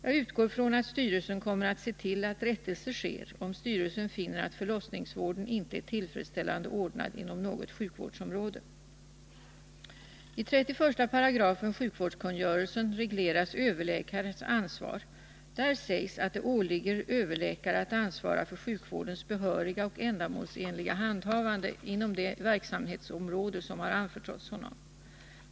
Jag utgår från att styrelsen kommer att se till att rättelse sker, om styrelsen finner att förlossningsvården inte är tillfredsställande ordnad inom något sjukvårdsområde. I 31 § sjukvårdskungörelsen regleras överläkares ansvar. Där sägs att det åligger överläkare att ansvara för sjukvårdens behöriga och ändamålsenliga handhavande inom det verksamhetsområde som har anförtrotts honom.